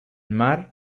mar